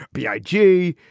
b i g,